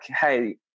Hey